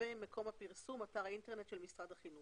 מקום הפרסום, אתר האינטרנט של משרד החינוך.